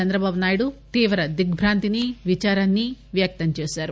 చంద్రబానాయుడు తీవ్ర దిగ్బాంతిని విచారాన్ని వ్యక్తం చేశారు